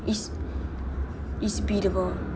it's it's biddable